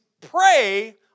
pray